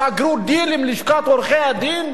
שסגרו דיל עם לשכת עורכי-הדין.